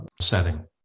setting